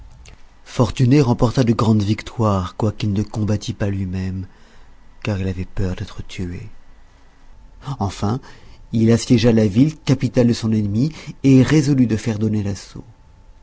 fortuné remporta de grandes victoires quoiqu'il ne combattît pas lui-même car il avait peur d'être tué enfin il assiégea la ville capitale de son ennemi et résolut de faire donner l'assaut